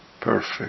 perfect